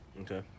okay